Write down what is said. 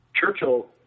Churchill